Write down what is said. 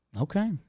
Okay